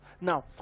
Now